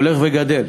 הולך וגדל.